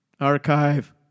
Archive